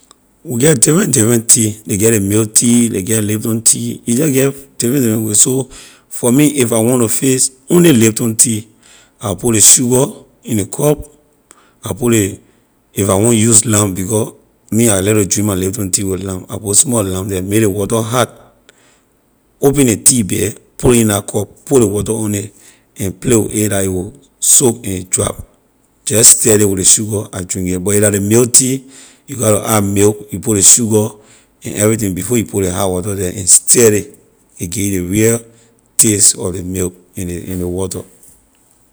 We get different different tea ley get ley milk tea ley get lipton tea we just get different different way so for me if I want to fix only lipton tea I will put ley sugar in ley cup I will put ley if I want use lime because me I like to drink my lipton tea with lime I put small lime the make ley water hot open ley tea bag put ley in la cup put ley water on it and play with it la a will soak and drop just stir it with ley sugar I drink it but if la ley milk tea you gatto add milk you put ley sugar and everything before you put ley hot water the and stir it a give you ley real taste of ley milk and ley and ley water.